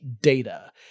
data